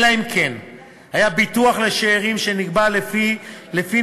אלא אם כן היה ביטוח לשאירים שנקבע לפי